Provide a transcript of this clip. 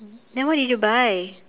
then what did you buy